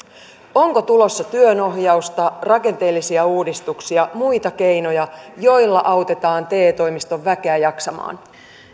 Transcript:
onko tulossa työnohjausta rakenteellisia uudistuksia muita keinoja joilla autetaan te toimiston väkeä jaksamaan